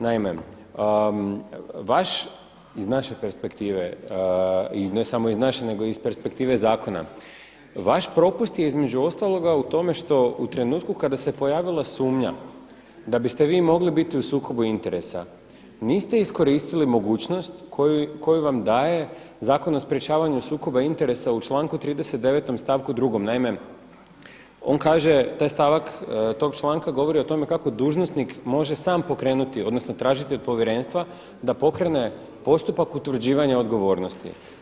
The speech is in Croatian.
Naime, vaš iz naše perspektive i ne samo iz naše, nego iz perspektive zakona, vaš propust je između ostaloga u tome što u trenutku kada se pojavila sumnja da biste vi mogli biti u sukobu interesa niste iskoristili mogućnost koju vam daje Zakon o sprječavanju sukoba interesa u članku 39. stavku 2. Naime, on kaže, taj stavak, tog članka govori o tome kako dužnosnik može sam pokrenuti, odnosno tražiti od povjerenstva da pokrene postupak utvrđivanja odgovornosti.